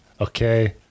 Okay